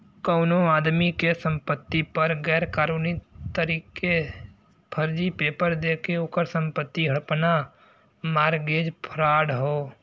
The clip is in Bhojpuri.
कउनो आदमी के संपति पर गैर कानूनी तरीके फर्जी पेपर देके ओकर संपत्ति हड़पना मारगेज फ्राड हौ